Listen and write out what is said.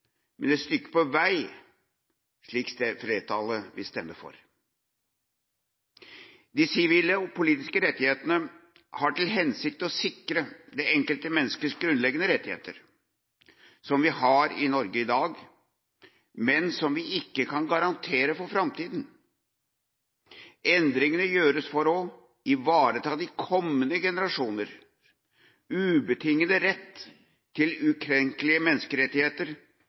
men et stykke på vei slik flertallet vil stemme for. De sivile og politiske rettighetene har til hensikt å sikre det enkelte menneskets grunnleggende rettigheter – som vi har i Norge i dag, men som vi ikke kan garantere for framtida. Endringene gjøres for å ivareta de kommende generasjoners ubetingede rett til ukrenkelige menneskerettigheter,